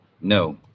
No